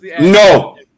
No